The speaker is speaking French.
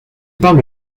parlent